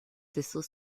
thistle